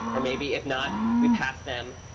or maybe, if not, we pass then.